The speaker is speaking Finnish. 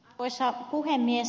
arvoisa puhemies